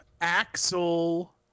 Axel